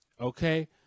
okay